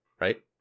Right